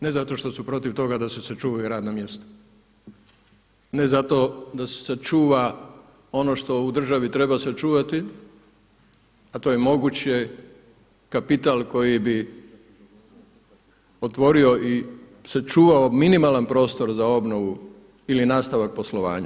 Ne zato što su protiv toga da se sačuvaju radna mjesta, ne zato da se sačuva ono što u državi treba sačuvati a to je moguće kapital koji bi otvorio i sačuvao minimalan prostor za obnovu ili nastavak poslovanja.